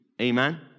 Amen